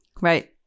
Right